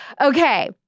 Okay